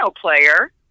player